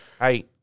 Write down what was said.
Hey